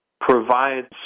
provides